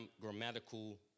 grammatical